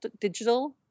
digital